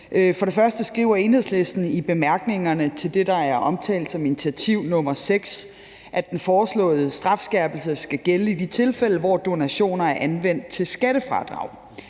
For det første skriver Enhedslisten i bemærkningerne til det, der er omtalt som initiativ nr. 6, at den foreslåede strafskærpelse skal gælde i de tilfælde, hvor donationer er anvendt til skattefradrag.